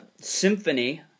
symphony